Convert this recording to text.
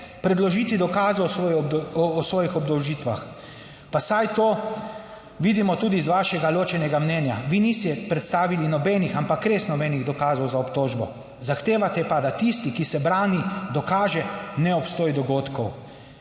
predložiti dokaze o svojih obdolžitvah. Pa saj to vidimo tudi iz vašega ločenega mnenja. Vi niste predstavili nobenih, ampak res nobenih dokazov za obtožbo, zahtevate pa, da tisti, ki se brani, dokaže neobstoj dogodkov.